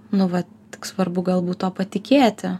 nu va svarbu galbūt tuo patikėti